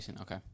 Okay